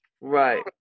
Right